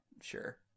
Sure